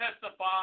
testify